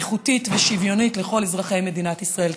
איכותית ושוויונית לכל אזרחי מדינת ישראל.